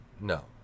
No